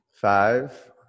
Five